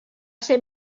ser